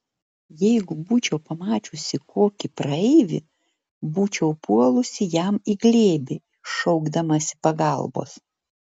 jeigu būčiau pamačiusi kokį praeivį būčiau puolusi jam į glėbį šaukdamasi pagalbos